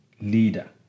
leader